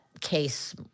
case